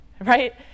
right